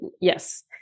yes